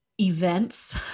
Events